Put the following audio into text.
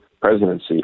presidency